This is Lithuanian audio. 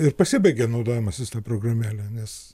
ir pasibaigė naudojimasis ta programėle nes